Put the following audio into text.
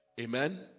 Amen